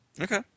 Okay